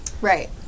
Right